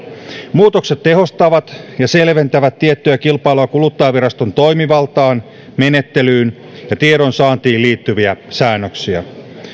muutokset tehostavat ja selventävät tiettyjä kilpailu ja kuluttajaviraston toimivaltaan menettelyyn ja tiedonsaantiin liittyviä säännöksiä